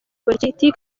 politiki